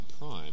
prime